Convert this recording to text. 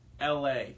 LA